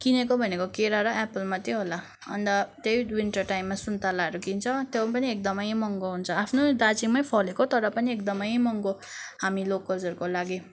किनेको भनेको केरा र एप्पल मात्रै होला अन्त त्यही विन्टर टाइममा सुन्तलाहरू किन्छ त्यो पनि एकदमै महँगो हुन्छ आफ्नो दार्जिलिङमै फलेको तर पनि एकदमै महँगो हामी लोकल्सहरूको लागि